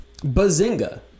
Bazinga